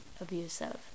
abusive